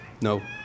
No